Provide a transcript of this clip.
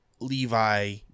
Levi